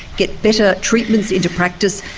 get better treatments into practice,